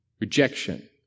rejection